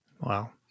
Wow